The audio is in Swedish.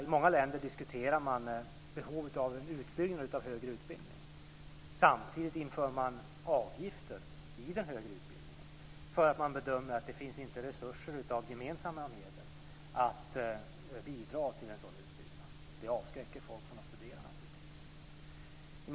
I många länder diskuterar man behovet av en utbyggnad av högre utbildning. Samtidigt inför man avgifter i den högre utbildningen eftersom man bedömer att det inte finns resurser av gemensamma medel att bidra till en sådan utbyggnad. Det avskräcker naturligtvis folk från att studera.